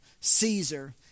Caesar